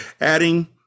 adding